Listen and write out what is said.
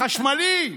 חשמלי?